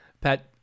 Pat